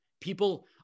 People